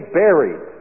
buried